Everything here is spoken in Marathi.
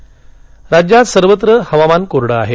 हवामान राज्यात सर्वत्र हवामान कोरडं आहे